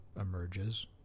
emerges